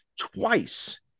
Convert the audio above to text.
twice